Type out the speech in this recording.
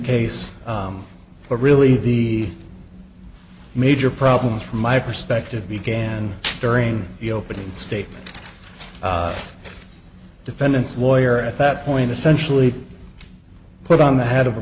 case but really the major problems from my perspective began during the opening statement defendant's lawyer at that point essentially put on the head of a